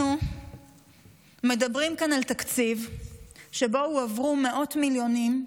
אנחנו מדברים כאן על תקציב שבו הועברו מאות מיליונים,